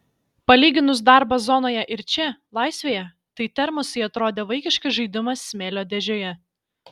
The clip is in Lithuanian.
palyginus darbą zonoje ir čia laisvėje tai termosai atrodė vaikiškas žaidimas smėlio dėžėje